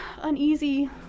uneasy